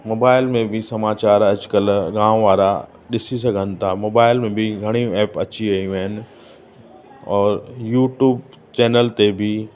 mobile में बि समाचार अॼुकल्ह गाम वारा ॾिसी सघनि था मोबाइल में बि घणियूं ऐप अची वियूं आहिनि औरि यूटूब चैनल ते बि